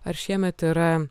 ar šiemet yra